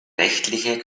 rechtliche